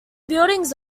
buildings